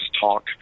talk